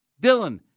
Dylan